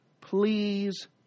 please